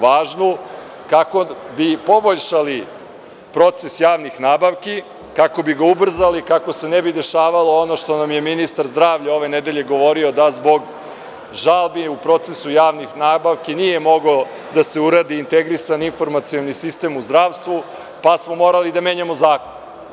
Važnu, kako bi poboljšali proces javnih nabavki, kako bi ga ubrzali, kako se ne bi dešavalo ono što nam je ministar zdravlja ove nedelje govorio da zbog žalbi u procesu javnih nabavki nije mogao da se uradi integrisan, informacioni sistem u zdravstvu, pa smo morali da menjamo zakon.